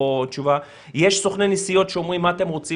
תשובה יש סוכני נסיעות שאומרים: מה אתם רוצים,